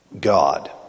God